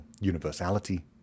universality